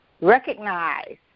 recognize